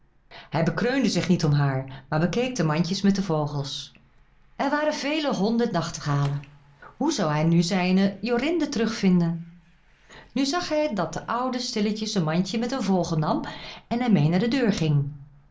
hij bekreunde zich niet om haar maar bekeek de mandjes met de vogels er waren vele honderd nachtegalen hoe zou hij nu zijne jorinde terug vinden nu zag hij dat de oude stilletjes een mandje met een vogel nam en er mee naar de deur ging